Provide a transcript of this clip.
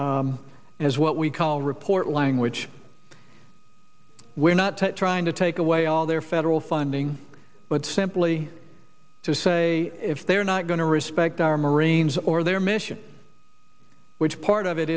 added as what we call report language we're not trying to take away all their federal funding but simply to say if they are not going to respect our marines or their mission which part of it